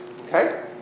Okay